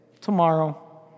tomorrow